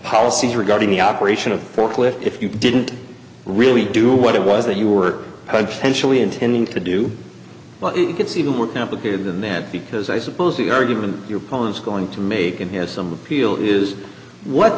policies regarding the operation of a forklift if you didn't really do what it was that you were specially intending to do but it's even more complicated than that because i suppose the argument your poem is going to make and has some appeal is what